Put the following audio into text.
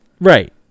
Right